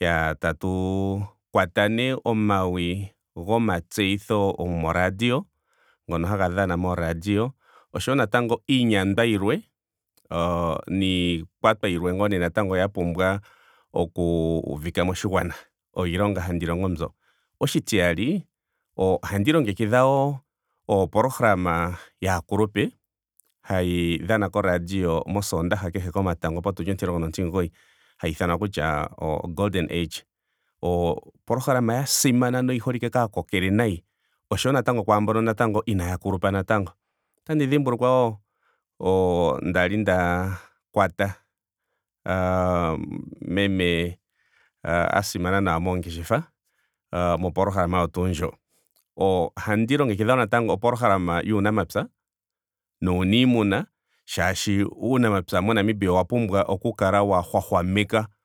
iyaa tatu kwata nee omawi gomatseyitho gomo radio. ngono haga dhana mo radio oshowo natango iinyandwa yilwe oo- niikwatwa yilwe ngaa natango ya pumbwa okuuvika moshigwana. Oyo iilonga handi longo mbyo. Oshitiyali ohandi longekidha wo opolohalama yaakulupe hayi dhana ko radio mosondaaha kehe komatago otundi onti mulongo nontimugoyi. Hayi ithanwa kutya golden age. O- opolohalama ya simana noyi holike kaakokele nayi oshowo natango kwaambono inaaya kulupa natango. Otandi dhimbulukwa wo o- o- ndali nda kwata aa- meme a simana nawa moongeshefa mopoolohalama oyo tuu ndjo. Ohandi longekiddha wo natango opolohalama yuunamapya. nuunimuna. molwaashoka uunamapya mo namibia owa pumbwa oku kala wa hwahwamekwa